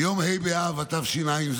ביום ה' באב התשע"ז,